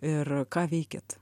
ir ką veikėt